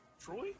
Troy